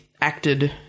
acted